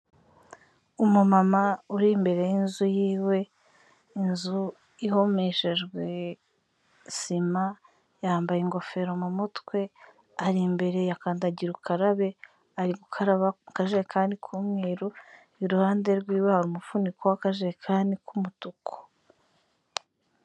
Umumama uri imbere y'inzu yiwe, inzu ihomeshejwe sima, yambaye ingofero mu mutwe, ari imbere ya kandagira ukarabe ari gukaraba mu kajerekani k'umweru, iruhande rwiwe hari umufuniko w'akajekani k'umutuku.